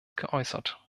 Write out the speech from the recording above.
geäußert